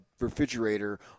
refrigerator